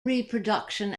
reproduction